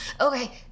Okay